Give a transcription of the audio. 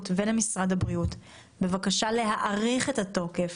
ולמשרד הבריאות בבקשה להאריך את התוקף,